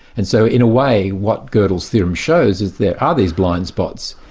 and so in a way, what godel's theorem shows is there are these blind spots,